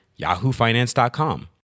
yahoofinance.com